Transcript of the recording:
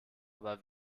aber